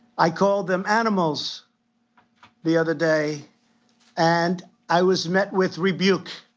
i called them animals the other day and i was met with rebuke.